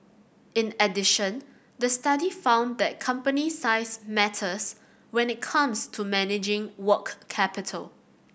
in addition the study found that company size matters when it comes to managing work capital